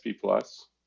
plus